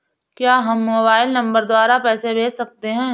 क्या हम mobile number द्वारा पैसे भेज सकते हैं?